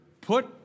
put